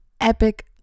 epic